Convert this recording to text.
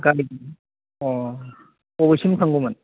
गामिनि अ बबेसिम थांगौमोन